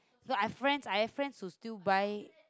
cause I friends I have friends who still buy